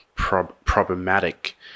Problematic